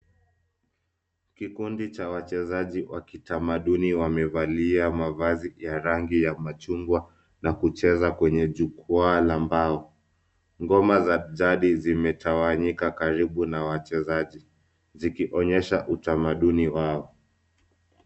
Kikundi cha wachezaji wa kitamaduni wamevalia mavazi ya rangi ya machungwa na kucheza kwenye jukwaa la mbao. Ngoma za jadi zimetawanyika karibu na wachezaji zikionyesha utamaduni wao.